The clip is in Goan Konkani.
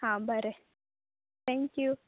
हां बरें थँक्यू